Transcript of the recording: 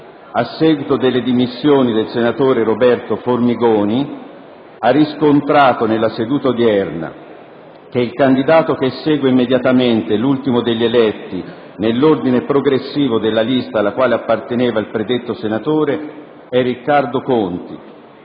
a seguito delle dimissioni del senatore Roberto Formigoni, ha riscontrato nella seduta odierna che il candidato che segue immediatamente l'ultimo degli eletti nell'ordine progressivo della lista alla quale apparteneva il predetto senatore è Riccardo Conti.